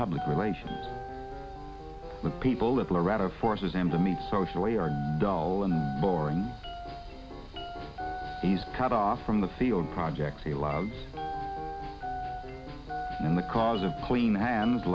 like relations with people that loretta forces him to meet socially are dull and boring he's cut off from the field projects he loves and the cause of queen and